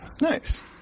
Nice